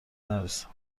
نرسم